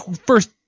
first